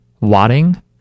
wadding